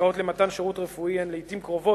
עסקאות למתן שירות רפואי הן לעתים קרובות